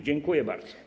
Dziękuję bardzo.